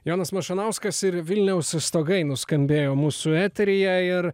jonas mašanauskas ir vilniaus stogai nuskambėjo mūsų eteryje ir